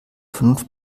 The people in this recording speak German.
vernunft